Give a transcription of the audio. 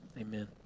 Amen